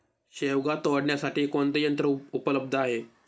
शेवगा तोडण्यासाठी कोणते यंत्र उपलब्ध आहे?